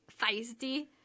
feisty